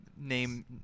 name